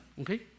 okay